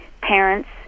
parents